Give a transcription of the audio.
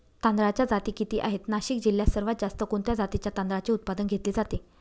तांदळाच्या जाती किती आहेत, नाशिक जिल्ह्यात सर्वात जास्त कोणत्या जातीच्या तांदळाचे उत्पादन घेतले जाते?